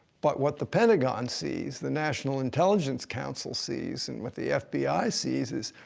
but what the pentagon sees, the national intelligence council sees, and what the fbi sees is,